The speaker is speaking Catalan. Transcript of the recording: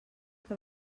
que